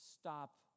stop